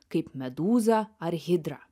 kaip medūza ar hidra